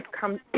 come